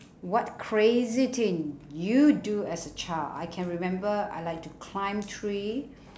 what crazy thing you do as a child I can remember I like to climb tree